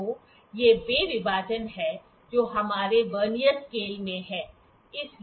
तो ये वे विभाजन हैं जो हमारे वर्नियर स्केल में हैं